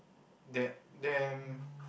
there them